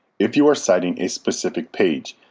if you are citing a specific page,